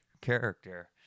character